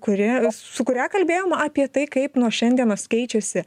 kuri su kuria kalbėjom apie tai kaip nuo šiandienos keičiasi